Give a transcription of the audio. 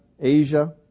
Asia